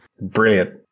Brilliant